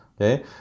okay